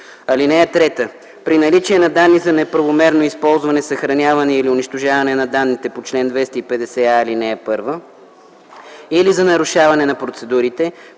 (3) При наличие на данни за неправомерно използване, съхраняване или унищожаване на данните по чл. 250а, ал.1, или за нарушаване на процедурите,